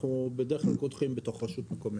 אנחנו בדרך כלל פותחים בתוך רשות מקומית,